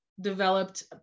developed